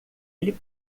ele